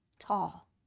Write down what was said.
tall